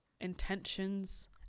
Intentions